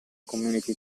community